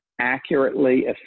accurately